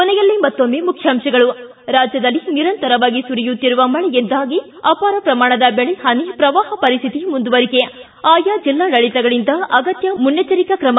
ಕೊನೆಯಲ್ಲಿ ಮತ್ತೊಮ್ನೆ ಮುಖ್ಯಾಂಶಗಳು ಿಗಿ ರಾಜ್ಯದಲ್ಲಿ ನಿರಂತರವಾಗಿ ಸುರಿಯುತ್ತಿರುವ ಮಳೆಯಿಂದ ಅಪಾರ ಪ್ರಮಾಣದ ಬೆಳೆ ಹಾನಿ ಪ್ರವಾಹ ಪರಿಸ್ಥಿತಿ ಮುಂದುವರಿಕೆ ಪ್ರವಾಹ ಸಂಬಂಧ ಆಯಾ ಜಿಲ್ಲಾಡಳಿತಗಳಿಂದ ಅಗತ್ತ ಮನ್ನೆಚ್ಚರಿಕಾ ಕ್ರಮ